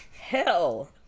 Hell